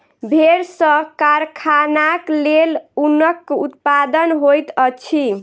भेड़ सॅ कारखानाक लेल ऊनक उत्पादन होइत अछि